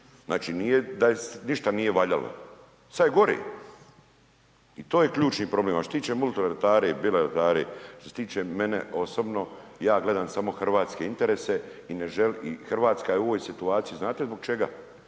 Znači da ništa nije valjalo, sad je gore i to je ključni problem. A što se tiče multilaterale i bilaterale što se tiče mene osobno ja gledam samo hrvatske interese i ne želim, Hrvatska je ovoj situaciji znate zbog čega,